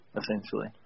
essentially